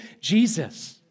Jesus